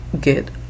get